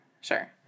Sure